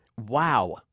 Wow